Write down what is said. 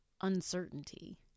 uncertainty